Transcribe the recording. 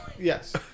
Yes